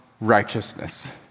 righteousness